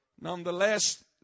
Nonetheless